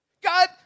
God